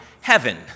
heaven